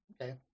okay